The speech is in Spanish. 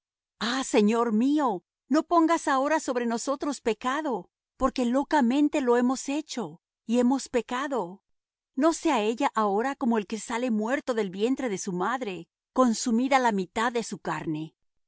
ah señor mío no pongas ahora sobre nosotros pecado porque locamente lo hemos hecho y hemos pecado no sea ella ahora como el que sale muerto del vientre de su madre consumida la mitad de su carne